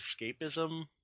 escapism